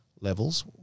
levels